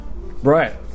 Right